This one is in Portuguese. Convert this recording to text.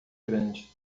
grande